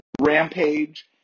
Rampage